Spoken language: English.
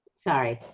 sorry.